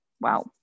wow